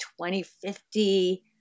2050